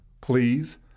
please